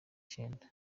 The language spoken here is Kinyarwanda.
cyenda